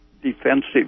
defensive